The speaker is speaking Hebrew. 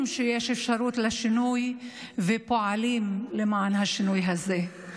שיש אפשרות לשינוי ופועלים למען השינוי הזה.